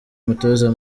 umutoza